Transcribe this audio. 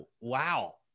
wow